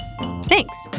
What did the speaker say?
Thanks